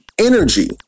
energy